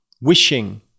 wishing